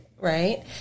right